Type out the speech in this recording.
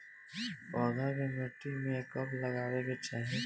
पौधा के मिट्टी में कब लगावे के चाहि?